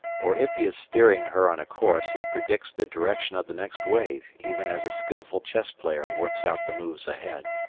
or if he is steering her on a course he predicts the direction of the next wave even as a skilful chess player works out the moves ahead.